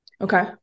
okay